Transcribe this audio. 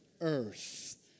earth